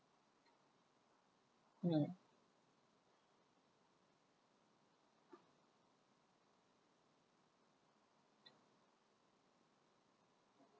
mm